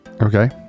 Okay